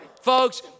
Folks